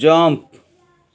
jump